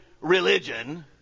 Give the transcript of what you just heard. religion